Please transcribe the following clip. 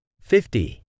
Fifty